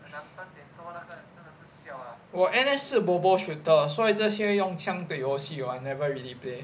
我 N_S 是 bobo shooter 所以这些用枪队友戏 I never really play